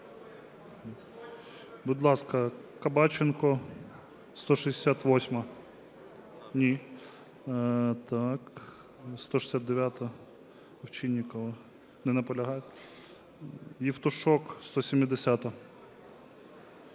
Будь ласка, Кабаченко, 168-а. Ні. 169-а, Овчинникова. Не наполягає. Євтушок, 170-а.